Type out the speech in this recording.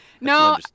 No